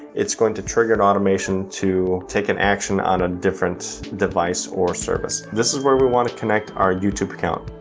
it's going to trigger an automation to take an action on a different device or service. this is where we wanna connect our youtube account.